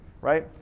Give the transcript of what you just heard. right